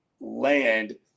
land